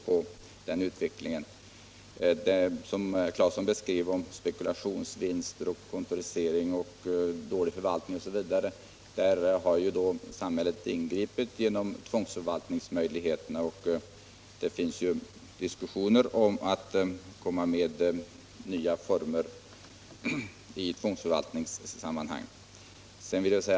Vad sedan gäller det herr Claeson anförde om spekulationsvinster, kontorisering, dålig förvaltning osv. har ju samhället ingripit genom tvångsförvaltningsmöjligheterna, och nya former i tvångsförvaltningssammanhang diskuteras.